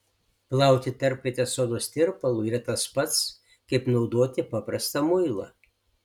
plauti tarpvietę sodos tirpalu yra tas pats kaip naudoti paprastą muilą